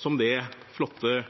som det flotte